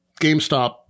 GameStop